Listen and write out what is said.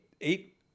Eight